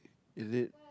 is it